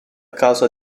causa